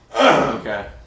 Okay